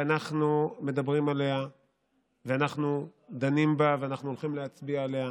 שאנחנו מדברים עליה ואנחנו דנים בה ואנחנו הולכים להצביע עליה